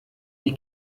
die